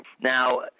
Now